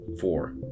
four